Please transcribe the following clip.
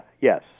yes